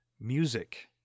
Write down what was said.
music